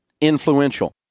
influential